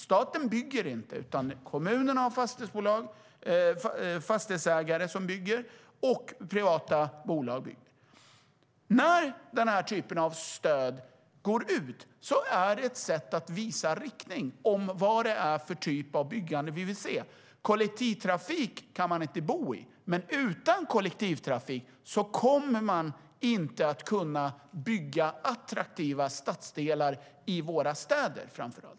Staten bygger inte, utan det är kommunerna, fastighetsbolag och privata bolag som gör det. När denna typ av stöd ges är det ett sätt att visa riktning om vilken typ av byggande som vi vill se. Kollektivtrafik kan man inte bo i. Men utan kollektivtrafik kommer man inte att kunna bygga attraktiva stadsdelar i framför allt våra städer.